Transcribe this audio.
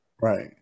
Right